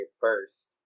first